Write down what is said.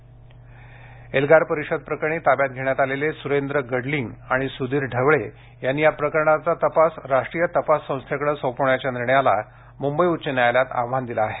एल्गार परिषद एल्गार परिषद प्रकरणी ताब्यात घेण्यात आलेले स्रेंद्र गडलिंग आणि सूधीर ढवळे यांनी या प्रकरणाचा तपास राष्ट्रीय तपास संस्थेकडे सोपवण्याच्या निर्णयाला मुंबई उच्च न्यायालयात आव्हान दिले आहे